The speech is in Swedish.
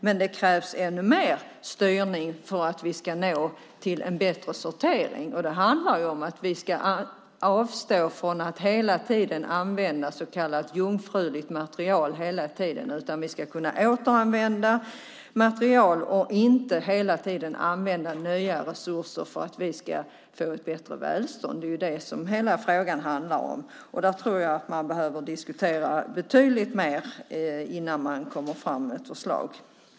Men det krävs ännu mer styrning för att vi ska få en bättre sortering. Vi måste avstå från att hela tiden använda så kallat jungfruligt material. Vi ska i stället för att använda nya resurser till ett bättre välstånd kunna återanvända material. Det är det hela frågan handlar om, och där behöver man diskutera betydligt mer innan man lägger fram ett förslag.